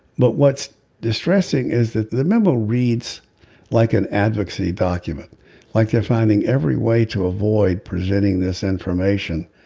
but what's distressing is that the memo reads like an advocacy document like they're finding every way to avoid presenting this information.